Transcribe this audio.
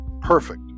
perfect